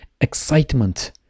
excitement